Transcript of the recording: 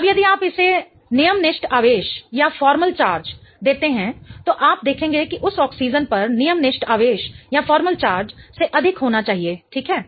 अब यदि आप इसे नियमनिप्ष्ठ आवेश देते हैं तो आप देखेंगे कि उस ऑक्सीजन पर नियमनिप्ष्ठ आवेश से अधिक होना चाहिए ठीक है